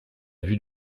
vue